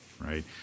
right